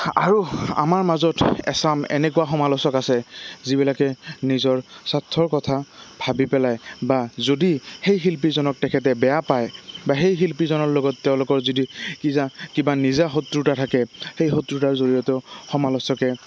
আৰু আমাৰ মাজত এচাম এনেকুৱা সমালোচক আছে যিবিলাকে নিজৰ স্বাৰ্থৰ কথা ভাবি পেলাই বা যদি সেই শিল্পীজনক তেখেতে বেয়া পায় বা সেই শিল্পীজনৰ লগত তেওঁলোকৰ যদি কিবা নিজা শত্ৰুতা থাকে সেই শত্ৰুতাৰ জৰিয়তেও সমালোচকে